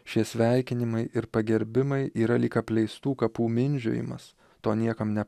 šie sveikinimai ir pagerbimai yra lyg apleistų kapų mindžiojimas to niekas ne